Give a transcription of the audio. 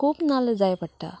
खूब नाल्ल जाय पडटा